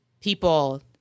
people